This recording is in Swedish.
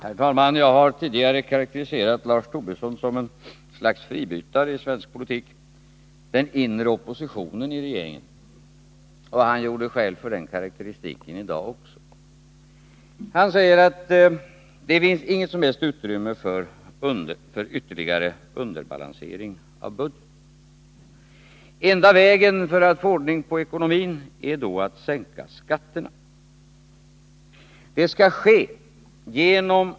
Herr talman! Jag har tidigare karakteriserat Lars Tobisson som ett slags fribytare i svensk politik — som den inre oppositionen i regeringen. Och han gjorde skäl för den karakteristiken i dag också. Han säger att det inte finns något som helst utrymme för ytterligare underbalansering av budgeten — enda vägen för att få ordning på ekonomin är då att sänka skatterna.